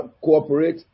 cooperate